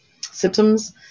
symptoms